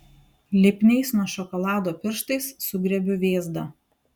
lipniais nuo šokolado pirštais sugriebiu vėzdą